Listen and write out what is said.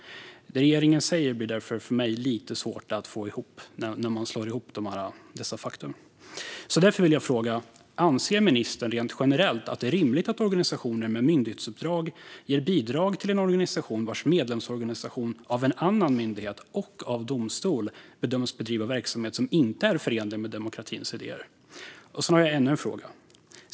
Det regeringen säger blir därför lite svårt att få ihop för mig. Anser ministern rent generellt att det är rimligt att organisationer med myndighetsuppdrag ger bidrag till en organisation vars medlemsorganisation av en annan myndighet och av domstol bedömts bedriva verksamhet som inte är förenlig med demokratins idéer? Jag har ännu en fråga.